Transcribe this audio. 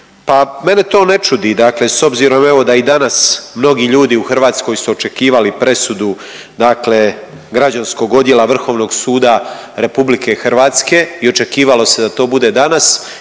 mene to ne čudi, dakle s obzirom evo da i danas mnogi ljudi u Hrvatskoj su očekivali presudu, dakle građanskog odjela Vrhovnog suda RH i očekivalo se da to bude danas